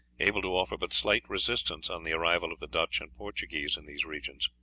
able to offer but slight resistance on the arrival of the dutch and portuguese in these regions.